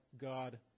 God